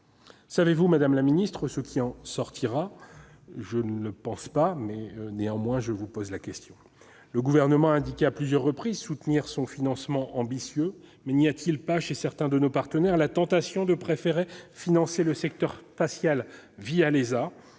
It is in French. Savez-vous, madame la ministre, ce qui en sortira ? Je ne le crois pas, mais je pose tout de même la question. Le Gouvernement a indiqué à plusieurs reprises soutenir un financement ambitieux, mais n'y a-t-il pas, chez certains de nos partenaires, la tentation de préférer financer le secteur spatial l'ESA,